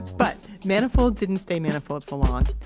but, manifold didn't stay manifold for long.